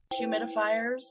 humidifiers